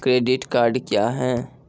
Credit card क्या हैं?